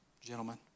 gentlemen